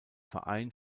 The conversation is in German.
verein